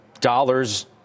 dollars